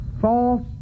false